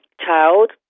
child